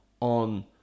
on